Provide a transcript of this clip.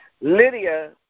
Lydia